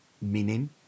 meaning